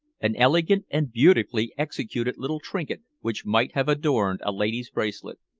an elegant and beautifully executed little trinket which might have adorned a lady's bracelet.